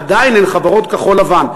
עדיין הן חברות כחול-לבן.